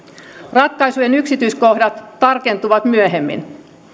ratkaisujen yksityiskohdat tarkentuvat myöhemmin